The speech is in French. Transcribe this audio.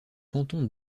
canton